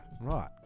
Right